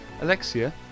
Alexia